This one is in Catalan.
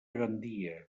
gandia